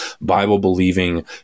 Bible-believing